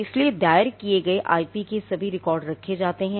इसलिए दायर किए गए आईपी के सभी रिकॉर्ड रखे जाते हैं